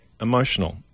emotional